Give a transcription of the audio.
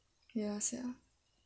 ya sia